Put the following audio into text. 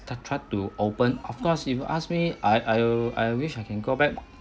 tried tried to open of course if you ask me I I I wish I can go back